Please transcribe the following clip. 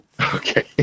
Okay